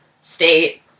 state